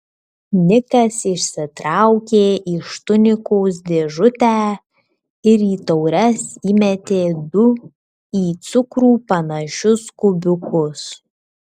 nikas išsitraukė iš tunikos dėžutę ir į taures įmetė du į cukrų panašius kubiukus